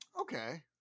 Okay